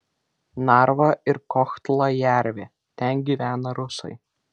narva ir kohtla jervė ten gyvena rusai